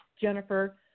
Jennifer